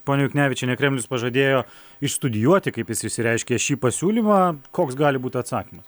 ponia juknevičiene kremlius pažadėjo išstudijuoti kaip jis išsireiškė šį pasiūlymą koks gali būti atsakymas